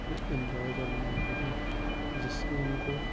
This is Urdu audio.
نا انجوائے کرنے آتے ہیں جس سے ان کو